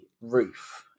roof